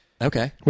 Okay